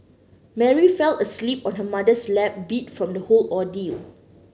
Mary fell asleep on her mother's lap beat from the whole ordeal